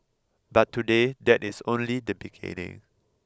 but today that is only the beginning